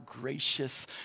gracious